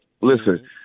Listen